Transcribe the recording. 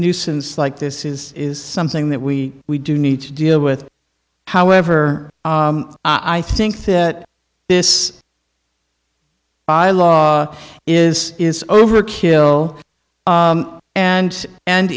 nuisance like this is is something that we we do need to deal with however i think that this by law is is overkill and and